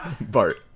Bart